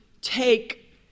take